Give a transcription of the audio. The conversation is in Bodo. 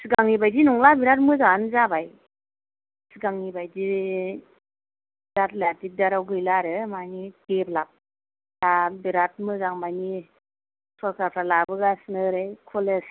सिगांनि बायदि नंला बेराद मोजांआनो जाबाय सिगांनि बायदि जारला दिगदाराव गैला आरो मानि डेभेलप आ बेराद मोजां मानि सरकारफ्रा लाबोगासिनो ओरै कलेज